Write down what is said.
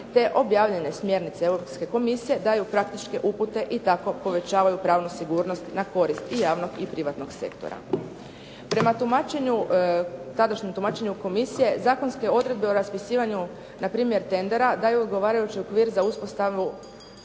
te objavljene smjernice Europske komisije daju praktičke upute i tako povećavaju pravnu sigurnost na korist i javnog i privatnog sektora. Prema tadašnjem tumačenju komisije zakonske odredbe o raspisivanju npr. tendera daju odgovarajući okvir za uspostavu